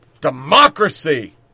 Democracy